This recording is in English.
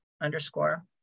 underscore